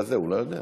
הוא לא יודע.